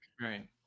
right